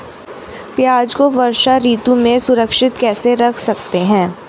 प्याज़ को वर्षा ऋतु में सुरक्षित कैसे रख सकते हैं?